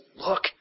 look